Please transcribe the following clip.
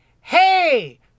Hey